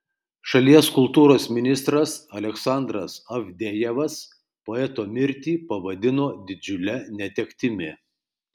šalies kultūros ministras aleksandras avdejevas poeto mirtį pavadino didžiule netektimi